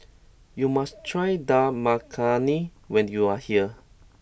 you must try Dal Makhani when you are here